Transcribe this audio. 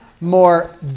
more